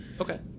Okay